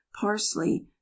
parsley